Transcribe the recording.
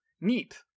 neat